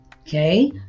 okay